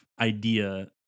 idea